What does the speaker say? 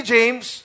James